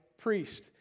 priest